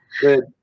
good